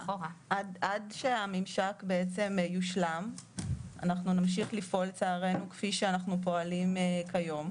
עד שהממשק יושלם אנחנו נמשיך לפעול לצערנו כפי שאנחנו פועלים כיום.